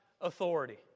authority